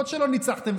למרות שלא ניצחתם,